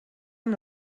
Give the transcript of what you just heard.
amb